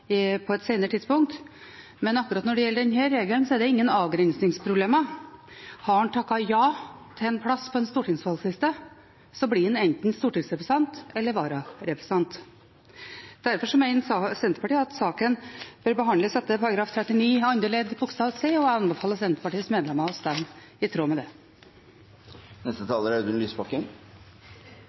behandlet på et senere tidspunkt, men akkurat når det gjelder denne regelen, er det ingen avgrensningsproblemer. Har en takket ja til en plass på en stortingsvalgliste, blir en enten stortingsrepresentant eller vararepresentant. Derfor mener Senterpartiet at saken bør behandles etter § 39 andre ledd bokstav c, og jeg anbefaler Senterpartiets medlemmer å stemme i tråd med det. I den situasjonen Stortinget har havnet, mener vi det er